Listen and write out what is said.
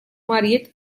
marit